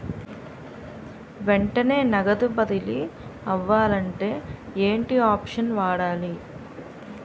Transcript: వెంటనే నగదు బదిలీ అవ్వాలంటే ఏంటి ఆప్షన్ వాడాలి?